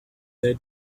there